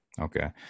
Okay